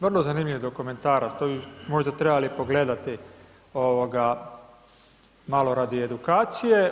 Vrlo zanimljiv dokumentarac, to bi možda trebali pogledati ovoga malo radi edukacije.